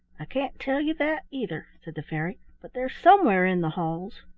i can't tell you that, either, said the fairy, but they're somewhere in the halls.